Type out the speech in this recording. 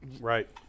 Right